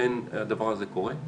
שאכן הדבר הזה קורה.